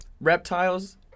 reptiles